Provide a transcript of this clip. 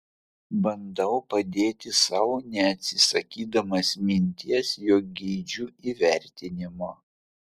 bandau padėti sau neatsisakydamas minties jog geidžiu įvertinimo